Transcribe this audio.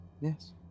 Yes